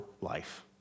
life